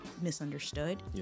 misunderstood